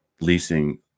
leasing